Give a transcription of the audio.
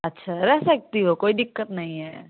अच्छा रह सकती हो कोई दिक्कत नहीं है